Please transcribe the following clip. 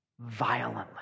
violently